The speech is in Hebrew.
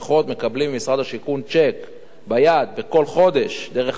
מקבלים ממשרד השיכון צ'ק ביד כל חודש דרך הבנק,